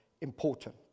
important